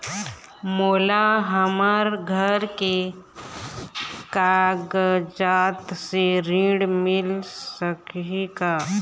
मोला हमर घर के कागजात से ऋण मिल सकही का?